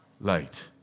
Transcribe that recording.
light